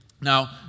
Now